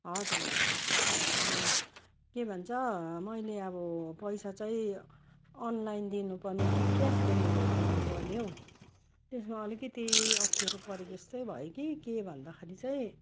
हजुर हजुर के भन्छ मैले अब पैसा चाहिँ अनलाइन दिनु पर्ने कि क्यास डेलिभरी दिनु पर्ने हौ त्यसमा अलिकति अप्ठ्यारो परेको जस्तै भयो कि के भन्दाखेरि चाहिँ